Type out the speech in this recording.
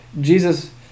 Jesus